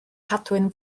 cadwyn